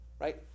right